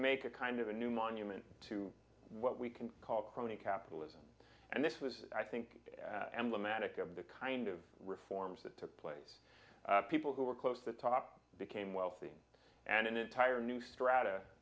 make a kind of a new monument to what we can call crony capitalism and this was i think emblematic of the kind of reforms that took place people who were close to the top became wealthy and an entire new strata